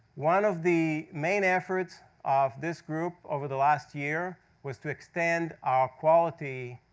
one of the main efforts of this group, over the last year, was to extend our quality,